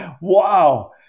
wow